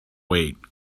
wait